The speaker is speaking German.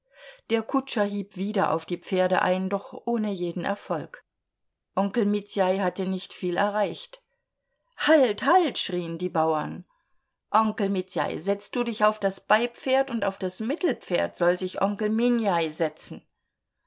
der kutscher hieb wieder auf die pferde ein doch ohne jeden erfolg onkel mitjaj hatte nicht viel erreicht halt halt schrien die bauern onkel mitjaj setz du dich auf das beipferd und auf das mittelpferd soll sich onkel minjaj setzen